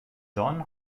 john